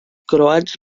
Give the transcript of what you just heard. croats